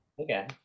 Okay